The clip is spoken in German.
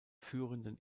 führenden